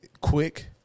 Quick